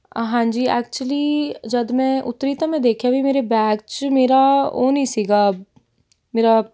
ਹਾਂਜੀ ਐਕਚੁਲੀ ਜਦ ਮੈਂ ਉੱਤਰੀ ਤਾਂ ਮੈਂ ਦੇਖਿਆ ਵੀ ਮੇਰੇ ਬੈਗ 'ਚ ਮੇਰਾ ਉਹ ਨਹੀਂ ਸੀਗਾ ਮੇਰਾ